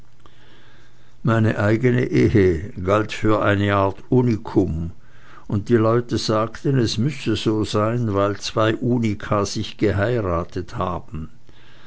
meine eigene ehe galt für eine art unicum und die leute sagten es müsse so sein weil zwei unica sich geheiratet haben